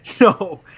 No